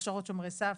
הכשרות שומרי סף,